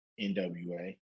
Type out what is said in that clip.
NWA